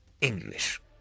English